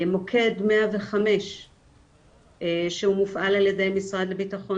מוקד 105 שהוא מופעל כל ידי משרד לביטחון